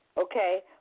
okay